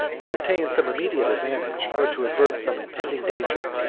to obtain some immediate advantage, or to avert some impending danger,